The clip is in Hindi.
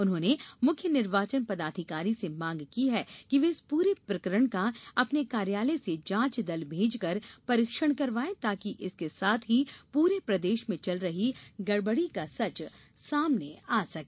उन्होंने मुख्य निर्वाचन पदाधिकारी से मांग की है कि वे इस पूरे प्रकरण का अपने कार्यालय से जांच दल भेजकर परीक्षण करवाएं ताकि इसके साथ ही पूरे प्रदेश में चल रही गड़बड़ी का सच सामने आ सके